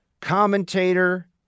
commentator